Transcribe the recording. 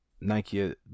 nike